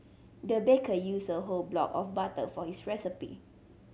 the baker used a whole block of butter for his recipe